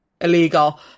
illegal